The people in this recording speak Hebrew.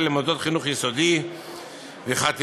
למוסדות חינוך יסודי וחטיבות-ביניים